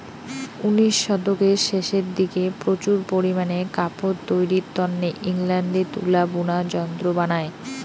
উনিশ শতকের শেষের দিকে প্রচুর পারিমানে কাপড় তৈরির তন্নে ইংল্যান্ডে তুলা বুনা যন্ত্র বানায়